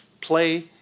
play